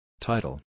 Title